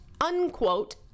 unquote